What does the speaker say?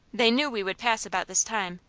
they knew we would pass about this time.